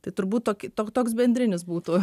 tai turbūt tokį toks bendrinis būtų